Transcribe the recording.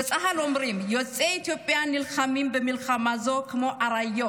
בצה"ל אומרים שיוצאי אתיופיה נלחמים במלחמה זו כמו אריות.